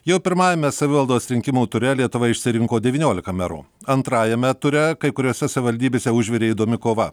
jau pirmajame savivaldos rinkimų ture lietuva išsirinko devyniolika merų antrajame ture kai kuriose savivaldybėse užvirė įdomi kova